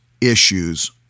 issues